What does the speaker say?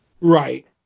right